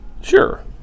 Sure